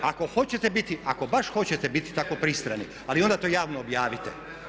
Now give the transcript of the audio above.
Ako hoćete biti, ako baš hoćete biti tako pristrani ali onda to javno objavite.